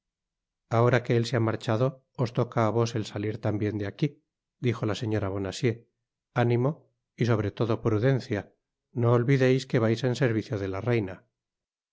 ahora que él se ha marchado os toca á vos el salir tambien de aqui dijo la señora bonacieux ánimo y sobre todo prudencia no olvideis que vais en servicio de la reina